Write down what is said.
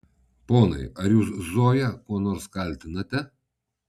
ponai ar jūs zoją kuo nors kaltinate